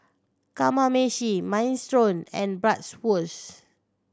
Kamameshi Minestrone and Bratwurst